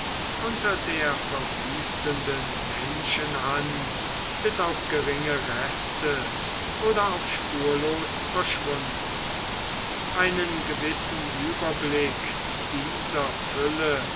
unter der verwüstenden menschenhand bis auf geringe reste oder auch spurlos verschwunden einen gewissen überblick dieser fülle